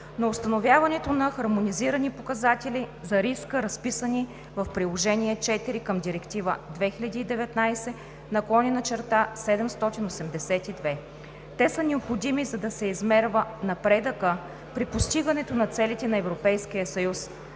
на установяването на хармонизирани показатели за риска, разписани в Приложение № IV към Директива 2019/782. Те са необходими, за да се измерва напредъкът при постигането на целите на Европейския съюз,